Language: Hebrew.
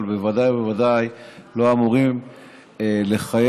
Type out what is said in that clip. אבל בוודאי ובוודאי לא אמורים לחייב